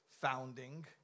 founding